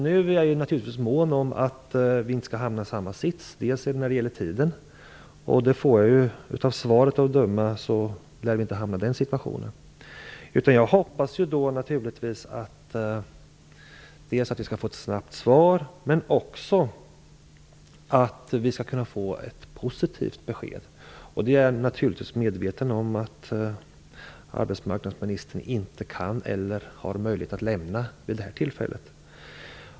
Nu är jag naturligtvis mån om att vi inte skall hamna i samma sits igen, bl.a. när det gäller tiden. Av svaret av döma lär vi inte hamna i den situationen. Jag hoppas dels att vi skall få ett snabbat svar, dels att vi skall få ett positivt besked. Jag är naturligtvis medveten om att arbetsmarknadsministern inte har möjlighet att lämna det beskedet vid detta tillfälle.